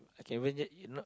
can visit if not